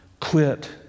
quit